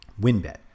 WinBet